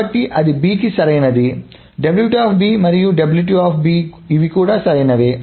కాబట్టి అది b కి సరైనది మరియు ఇది కూడా సరైనది